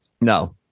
No